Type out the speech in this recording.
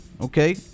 Okay